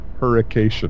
hurricane